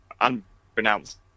unpronounced